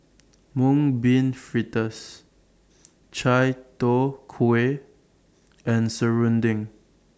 Mung Bean Fritters Chai Tow Kway and Serunding